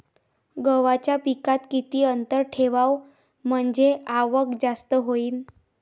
गव्हाच्या पिकात किती अंतर ठेवाव म्हनजे आवक जास्त होईन?